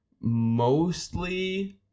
Mostly